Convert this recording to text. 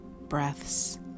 breaths